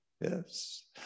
Yes